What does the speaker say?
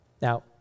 Now